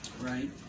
right